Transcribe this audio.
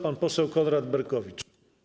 Pan poseł Konrad Berkowicz.